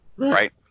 Right